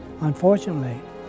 Unfortunately